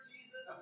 Jesus